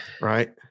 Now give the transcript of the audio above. right